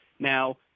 Now